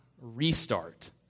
restart